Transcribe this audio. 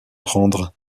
prendre